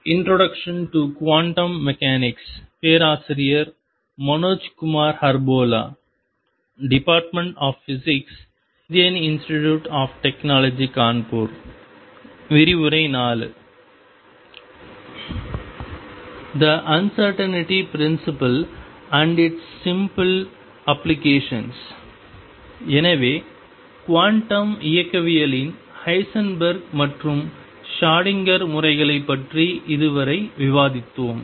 the uncertainty principle and it is simple applications எனவே quantum இயக்கவியலின் Heisenberg மற்றும் Schrodinger Schrödinger முறைகளைப் பற்றி இதுவரை விவாதித்தோம்